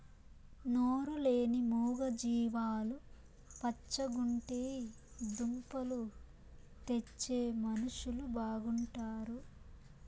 నోరు లేని మూగ జీవాలు పచ్చగుంటే దుంపలు తెచ్చే మనుషులు బాగుంటారు